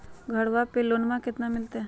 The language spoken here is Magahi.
घरबा पे लोनमा कतना मिलते?